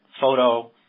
photo